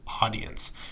audience